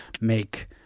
make